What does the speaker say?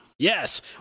Yes